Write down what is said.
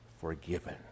forgiven